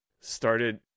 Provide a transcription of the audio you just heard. started